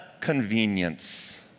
convenience